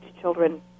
children